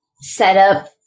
setup